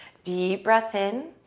deep breath in,